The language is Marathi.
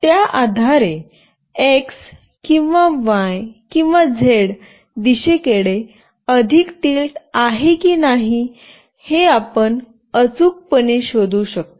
त्याआधारे x किंवा y किंवा z दिशेकडे अधिक टिल्ट आहे की नाही हे आपण अचूकपणे शोधू शकतो